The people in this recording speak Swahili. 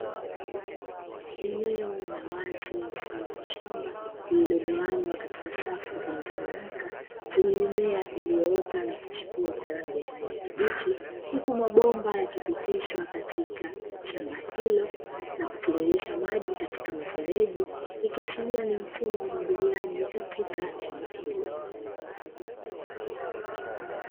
Eneo la wazi mfano wa shamba lililogawanywa katika safu zilizonyooka, zenye mimea iliyoota na kuchipua kwa rangi ya kijani kibichi, huku mabomba yakipitishwa katika shamba hilo na kutiririsha maji katika mifereji ikiashiria ni mfumo wa umwagiliaji katika shamba hilo.